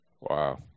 Wow